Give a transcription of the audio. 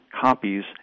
copies